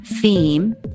theme